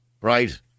Right